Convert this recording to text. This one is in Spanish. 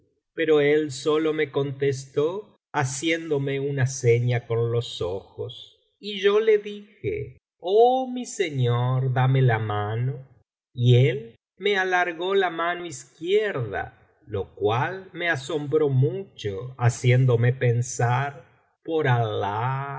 pero él sólo me contestó haciéndome una seña con los ojos y yo le dije oh mi señor dame la mano y él me alargó la mano izquierda lo cual me asombró mucho haciéndome pensar por alah